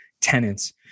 tenants